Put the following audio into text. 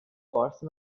force